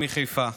מחיפה,